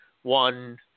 One